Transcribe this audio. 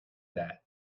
that